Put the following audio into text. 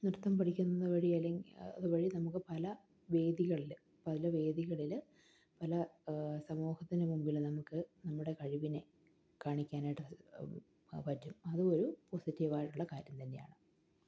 നൃത്തം പഠിക്കുന്നത് വഴി അല്ലെങ്കിൽ അതുവഴി നമുക്ക് പല വേദികളിൽ പല വേദികളിൽ പല സമൂഹത്തിന് മുമ്പിൽ നമുക്ക് നമ്മുടെ കഴിവിനെ കാണിക്കാനായിട്ട് പറ്റും അത് ഒരു പോസിറ്റീവായിട്ടുള്ള കാര്യം തന്നെയാണ്